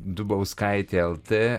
dubauskaitė lt